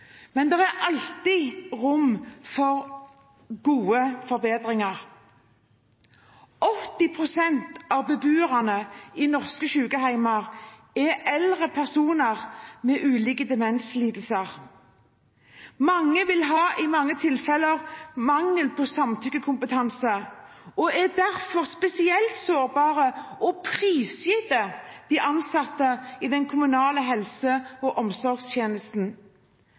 men det er alltid rom for forbedringer. 80 pst. av beboerne på norske sykehjem er eldre personer med ulike demenslidelser. Mange av dem mangler samtykkekompetanse og er derfor spesielt sårbare og prisgitt de ansatte i den kommunale helse- og omsorgstjenesten.